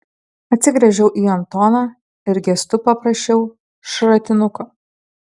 atsigręžiau į antoną ir gestu paprašiau šratinuko